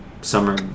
summer